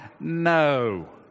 no